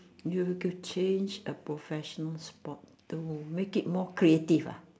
you to change a professional sport to make it more creative ah